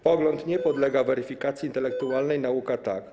Pogląd nie podlega weryfikacji intelektualnej, nauka tak.